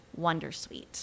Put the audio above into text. wondersuite